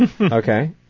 Okay